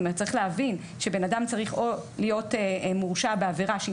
צריך להבין שבן אדם צריך או להיות מורשע בעבירה שהיא